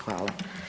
Hvala.